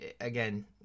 again